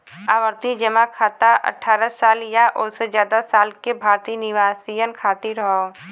आवर्ती जमा खाता अठ्ठारह साल या ओसे जादा साल के भारतीय निवासियन खातिर हौ